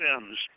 sins